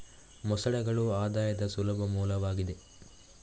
ಮೊಸಳೆಗಳು ಆದಾಯದ ಸುಲಭ ಮೂಲವಾಗಿದೆ